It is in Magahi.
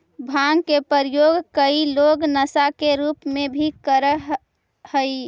भाँग के प्रयोग कई लोग नशा के रूप में भी करऽ हई